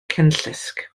cenllysg